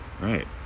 Right